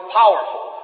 powerful